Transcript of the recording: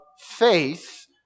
faith